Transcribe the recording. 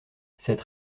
cette